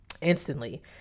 instantly